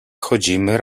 chodzimy